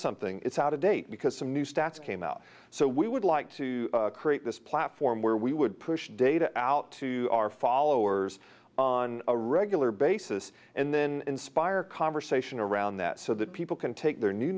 something it's out of date because some new stats came out so we would like to create this platform where we would push data out to our followers on a regular basis and then inspire conversation around that so that people can take their new